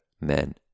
men